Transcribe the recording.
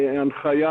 הנחיה,